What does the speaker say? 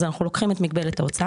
אלא כל הכנסה פרטנית שמשרתת הוצאה